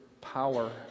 power